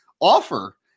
offer